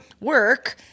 work